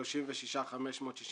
36,565